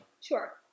Sure